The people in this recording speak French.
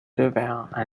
devinrent